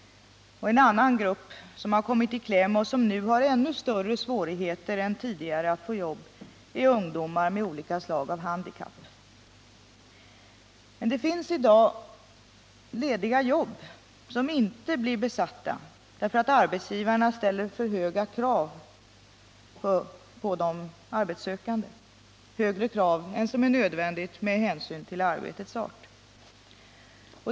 En annan grupp som kommit i kläm och som nu har ännu större svårigheter än tidigare att få jobb är ungdomar med olika slag av handikapp. Men det finns i dag lediga jobb som inte blir besatta därför att arbetsgivarna ställer för höga krav på de arbetssökande — högre krav än som är nödvändiga med hänsyn till arbetets art.